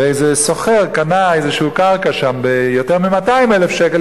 ואיזה סוחר קנה איזו קרקע שם ביותר מ-200,000 שקלים.